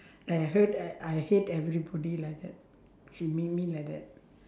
I hurt I hate everybody like that she make me like that